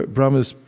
Brahma's